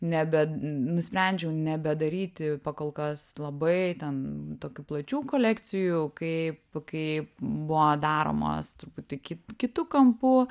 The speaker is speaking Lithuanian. nebe nusprendžiau nebedaryti pakolkas labai ten tokių plačių kolekcijų kaip kai buvo daromos truputį kit kitu kampu